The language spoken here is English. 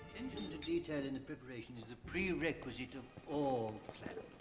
to detail in the preparation is the prerequisite of all planning.